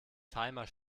timer